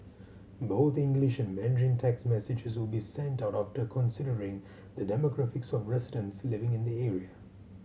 both English and Mandarin text messages will be sent out after considering the demographics of residents living in the area